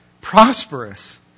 prosperous